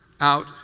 out